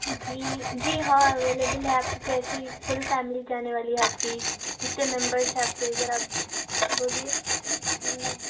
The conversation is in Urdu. جی جی ہاں اویلیبل ہے آپ کو کیسی فل فیملی جانے والی ہے آپ کی کتنے ممبرس ہے آپ کے ذرا بولیے